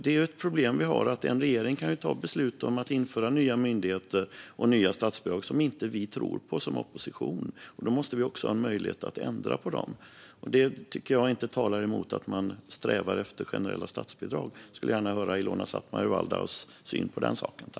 Det är ett problem som vi har att en regering kan ta beslut om att införa nya myndigheter och nya statsbidrag som vi som opposition inte tror på. Då måste vi också ha en möjlighet att ändra på det. Det tycker jag inte talar emot att man strävar efter generella statsbidrag. Jag skulle gärna vilja höra Ilona Szatmari Waldaus syn på detta.